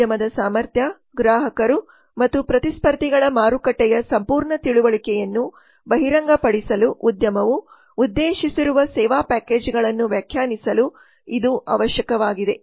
ಉದ್ಯಮದ ಸಾಮರ್ಥ್ಯ ಗ್ರಾಹಕರು ಮತ್ತು ಪ್ರತಿಸ್ಪರ್ಧಿಗಳ ಮಾರುಕಟ್ಟೆಯ ಸಂಪೂರ್ಣ ತಿಳುವಳಿಕೆಯನ್ನು ಬಹಿರಂಗಪಡಿಸಲು ಉದ್ಯಮವು ಉದ್ದೇಶಿಸಿರುವ ಸೇವಾ ಪ್ಯಾಕೇಜ್ಗಳನ್ನು ವ್ಯಾಖ್ಯಾನಿಸಲು ಇದು ಅವಶ್ಯಕವಾಗಿದೆ